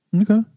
Okay